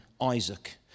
Isaac